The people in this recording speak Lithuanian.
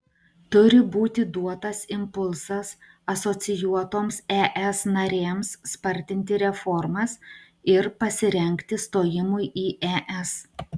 turi būti duotas impulsas asocijuotoms es narėms spartinti reformas ir pasirengti stojimui į es